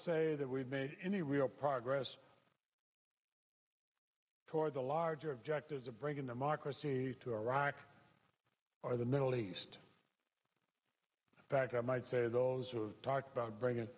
say that we've made any real progress toward the larger objectives a break in democracy to iraq or the middle east back i might say those who talk about bringing